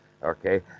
Okay